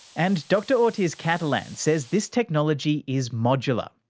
and dr ortiz-catalan says this technology is modular,